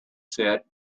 said